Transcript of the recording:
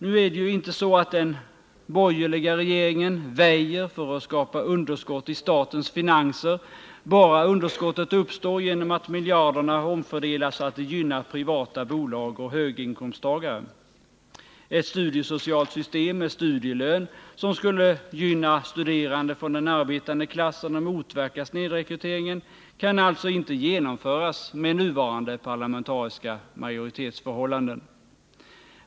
Nu är det ju inte så att den borgerliga regeringen väjer för att skapa underskott i statens finanser, bara underskottet uppstår genom att miljarderna omfördelas så att de gynnar privata bolag och höginkomsttagare. Ett studiesocialt system med studielön, som skulle gynna studerande från den arbetande klassen och motverka snedrekryteringen, kan alltså inte genomföras med nuvarande parlamentariska majoritetsförhållanden.